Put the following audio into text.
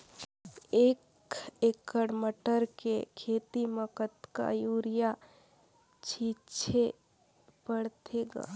एक एकड़ मटर के खेती म कतका युरिया छीचे पढ़थे ग?